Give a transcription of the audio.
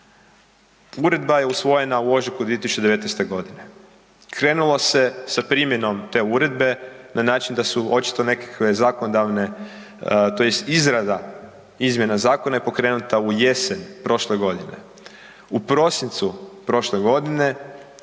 Uredba je usvojena u ožujku 2019.g. Krenulo se sa primjenom te uredbe na način da su očito nekakve zakonodavne tj. izrada izmjena zakona je pokrenuta u jesen prošle godine. U prosincu prošle godine